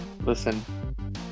Listen